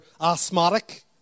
asthmatic